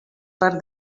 per